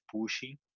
pushing